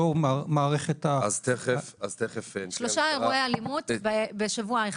לאור מערכת --- שלושה אירועי אלימות בשבוע אחד.